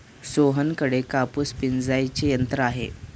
सोहनकडे कापूस पिंजायचे यंत्र आहे